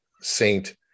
saint